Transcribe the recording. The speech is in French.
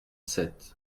sept